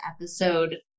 episode